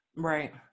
Right